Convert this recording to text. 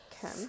Kim